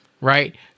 Right